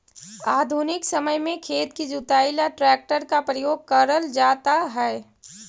आधुनिक समय में खेत की जुताई ला ट्रैक्टर का प्रयोग करल जाता है